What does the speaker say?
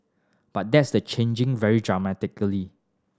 but that's the changing very dramatically